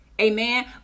Amen